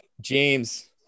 James